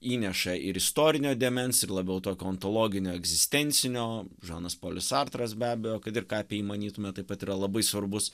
įneša ir istorinio dėmens ir labiau tokio ontologinio egzistencinio žanas polis sartras be abejo kad ir ką apie jį manytume taip pat yra labai svarbus